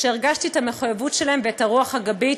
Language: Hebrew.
שהרגשתי את המחויבות שלהם ואת הרוח הגבית.